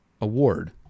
award